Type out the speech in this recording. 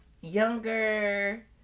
younger